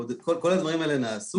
כל הדברים האלה נעשו,